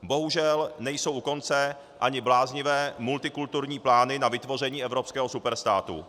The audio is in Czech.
Bohužel nejsou u konce ani bláznivé multikulturní plány na vytvoření evropského superstátu.